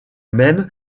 même